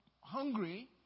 hungry